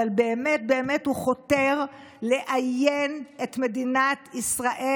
באמת באמת הוא חותר לאיין את מדינת ישראל